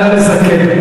נא לסכם.